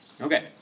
Okay